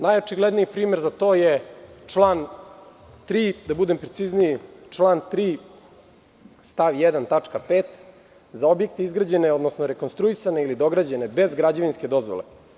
Najočigledniji primer za to je da član 3, da budem precizniji, član 3. stav 1. tačka 5. za objekte izgrađene, odnosno rekonstruisane ili dograđene bez građevinske dozvole.